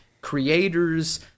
creators